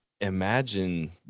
imagine